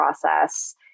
process